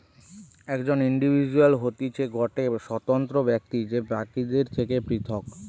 একজন ইন্ডিভিজুয়াল হতিছে গটে স্বতন্ত্র ব্যক্তি যে বাকিদের থেকে পৃথক